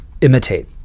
imitate